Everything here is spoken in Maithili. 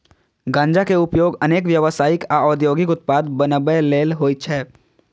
गांजा के उपयोग अनेक व्यावसायिक आ औद्योगिक उत्पाद बनबै लेल होइ छै